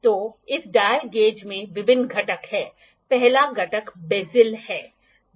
तो इस dial gauge में विभिन्न घटक हैं पहला घटक बेज़ेल है